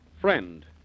Friend